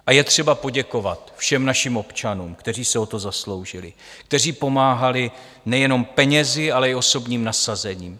A je třeba poděkovat všem našim občanům, kteří se o to zasloužili, kteří pomáhali nejenom penězi, ale i osobním nasazením.